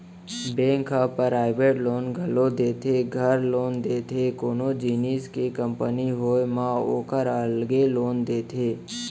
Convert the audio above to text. bank ह private loan घलौ देथे, घर लोन देथे, कोनो जिनिस के कंपनी होय म ओकर अलगे लोन देथे